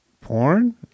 Porn